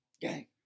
gang